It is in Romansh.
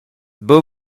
buca